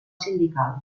sindical